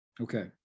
Okay